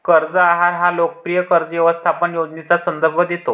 कर्ज आहार हा लोकप्रिय कर्ज व्यवस्थापन योजनेचा संदर्भ देतो